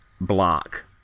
block